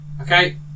Okay